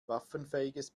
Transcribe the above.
waffenfähiges